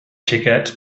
xiquets